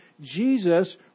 Jesus